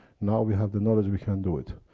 now we have the knowledge, we can do it.